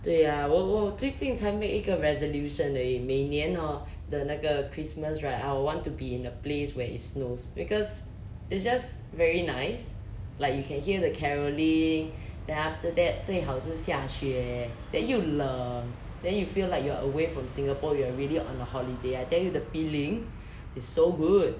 对呀我我最近才 make 一个 resolution 而已每年 hor 的那个 christmas right I would want to be in a place where it snows because it's just very nice like you can hear the carolling then after that 最好是下雪 then 又冷 then you feel like you are away from singapore you are really on holiday I tell you the feeling is so good